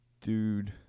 Dude